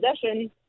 possession